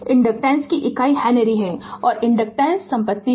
inductance की इकाई henry है और इनडकटेंस संपत्ति है